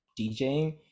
DJing